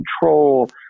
control